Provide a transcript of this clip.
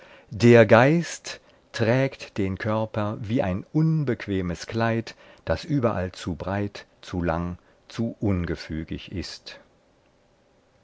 der geist trägt den körper wie ein unbequemes kleid das überall zu breit zu lang zu ungefügig ist